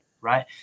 right